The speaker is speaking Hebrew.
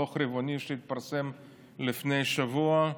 דוח רבעוני שהתפרסם לפני שבוע,